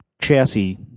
chassis